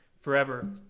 forever